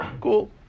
Cool